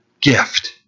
gift